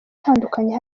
itandukanye